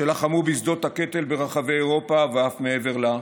שלחמו בשדות הקטל ברחבי אירופה ואף מעבר לה.